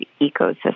ecosystem